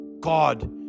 God